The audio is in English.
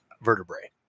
vertebrae